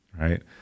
right